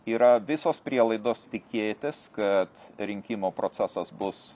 yra visos prielaidos tikėtis kad rinkimo procesas bus